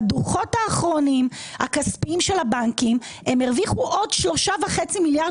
לפי הדוחות האחרונים של הבנקים הם הרוויחו עוד שלושה וחצי מיליארד